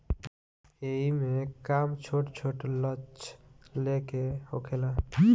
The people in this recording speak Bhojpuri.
एईमे काम छोट छोट लक्ष्य ले के होखेला